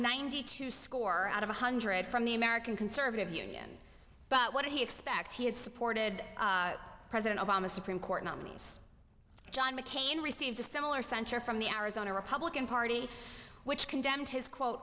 ninety two score out of one hundred from the american conservative union about what he expected supported president obama's supreme court nominee john mccain received a similar censure from the arizona republican party which condemned his quote